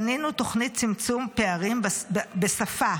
בנינו תוכנית צמצום פערים בשפה,